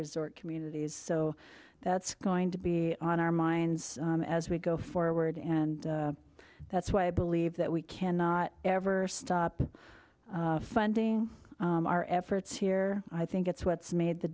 resort communities so that's going to be on our minds as we go forward and that's why i believe that we cannot ever stop funding our efforts here i think it's what's made the